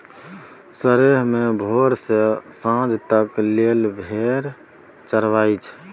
सरेह मे भोर सँ सांझ तक लेल भेड़ चरबई छै